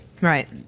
Right